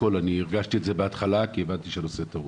הרגשתי את זה בתחילה כי הבנתי שהנושא טעון.